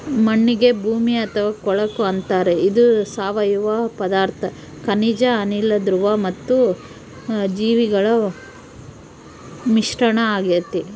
ಮಣ್ಣಿಗೆ ಭೂಮಿ ಅಥವಾ ಕೊಳಕು ಅಂತಾರೆ ಇದು ಸಾವಯವ ಪದಾರ್ಥ ಖನಿಜ ಅನಿಲ, ದ್ರವ ಮತ್ತು ಜೀವಿಗಳ ಮಿಶ್ರಣ ಆಗೆತೆ